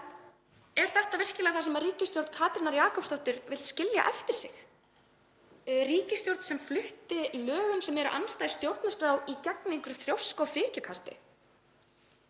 Er þetta virkilega það sem ríkisstjórn Katrínar Jakobsdóttur vill skilja eftir sig, ríkisstjórn sem kom lögum sem eru andstæð stjórnarskrá í gegn í einhverju þrjósku- og frekjukasti?